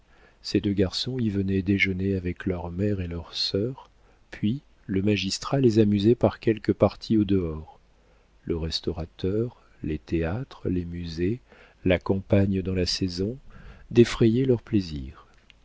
ces deux garçons y venaient déjeuner avec leur mère et leurs sœurs puis le magistrat les amusait par quelque partie au dehors le restaurateur les théâtres les musées la campagne dans la saison défrayaient leurs plaisirs